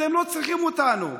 אתם לא צריכים אותנו.